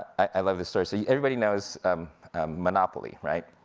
i love this story. so everybody knows monopoly, right?